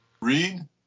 Read